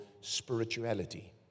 spirituality